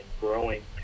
growing